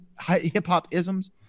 hip-hop-isms